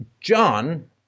john